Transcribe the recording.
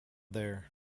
there